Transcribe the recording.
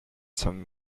some